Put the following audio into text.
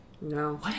No